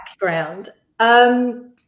Background